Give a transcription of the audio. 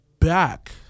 back